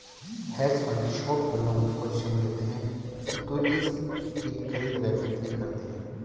hedge fund short व long positions लेते हैं, इक्विटीज की खरीद व बिक्री करते हैं